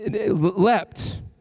leapt